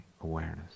awareness